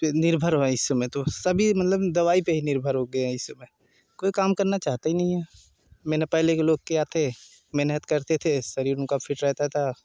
पर निर्भर हुआ इस समय तो सभी मतलब दवाई पर ही निर्भर हो गए इस समय कोई काम करना चाहता ही नहीं है मैंने पहले के लोग क्या थे मेहनत करते थे शरीर उनका फिट रहता था